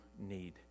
need